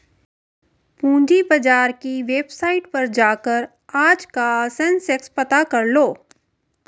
पूंजी बाजार की वेबसाईट पर जाकर आज का सेंसेक्स पता करलो